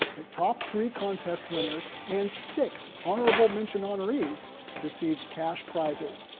the top three contest winners, and six honorable mention honorees received cash prizes.